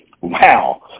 Wow